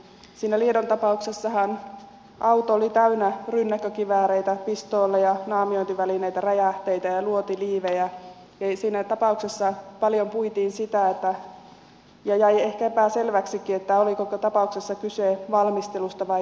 siinä liedon tapauksessahan auto oli täynnä rynnäkkökivääreitä pistooleja naamiointivälineitä räjähteitä ja luotiliivejä ja siinä tapauksessa paljon puitiin sitä ja jäi ehkä epäselväksikin oliko tapauksessa kyse valmistelusta vai yrityksestä